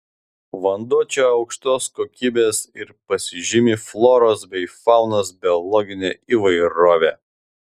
vanduo čia aukštos kokybės ir pasižymi floros bei faunos biologine įvairove